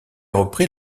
repris